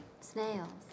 Snails